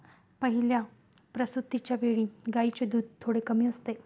पहिल्या प्रसूतिच्या वेळी गायींचे दूध थोडे कमी असते